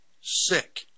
sick